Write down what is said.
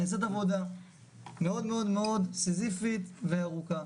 נעשית עבודה מאוד מאוד מאוד סיזיפית וארוכה,